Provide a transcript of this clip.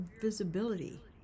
visibility